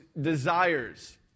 desires